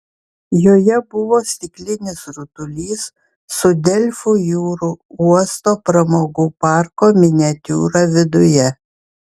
joje buvo stiklinis rutulys su delfų jūrų uosto pramogų parko miniatiūra viduje